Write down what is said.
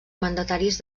mandataris